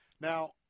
Now